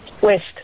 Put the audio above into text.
West